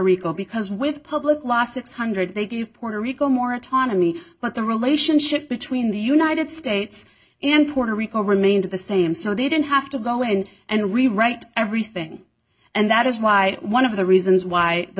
rico because with public last six hundred dollars they gave puerto rico more autonomy but the relationship between the united states and puerto rico remained the same so they didn't have to go in and rewrite everything and that is why one of the reasons why the